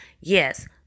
yes